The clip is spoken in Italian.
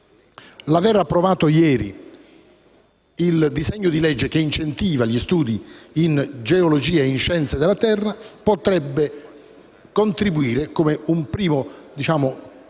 l'aver approvato ieri il disegno di legge che incentiva gli studi in geologia e in scienze della terra potrebbe contribuire come un primo passo